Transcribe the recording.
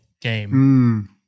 game